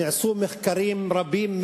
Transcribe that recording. נעשו מחקרים רבים,